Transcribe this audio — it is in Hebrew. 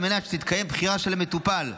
על מנת שתתקיים בחירה של המטופל,